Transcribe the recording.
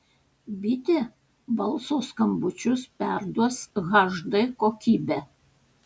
bitė balso skambučius perduos hd kokybe